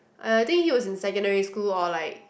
uh I think he was in secondary school or like